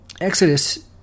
Exodus